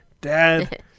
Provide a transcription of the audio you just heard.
dad